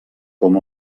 com